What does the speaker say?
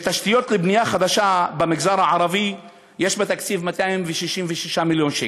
לתשתיות לבנייה חדשה במגזר הערבי יש בתקציב 266 מיליון שקל,